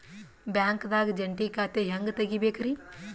ಬ್ಯಾಂಕ್ದಾಗ ಜಂಟಿ ಖಾತೆ ಹೆಂಗ್ ತಗಿಬೇಕ್ರಿ?